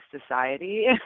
society